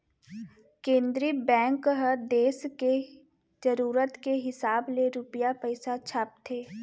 केंद्रीय बेंक ह देस के जरूरत के हिसाब ले रूपिया पइसा छापथे